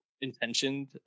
intentioned